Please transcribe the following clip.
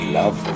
love